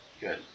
good